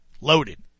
loaded